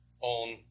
on